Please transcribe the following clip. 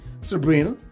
Sabrina